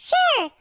Sure